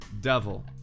devil